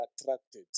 attracted